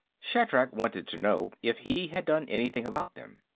shatrak wanted to know if he had done anything about them.